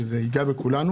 שזה משהו שייגע בכולנו.